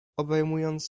obejmując